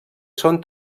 són